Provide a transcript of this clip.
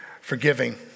forgiving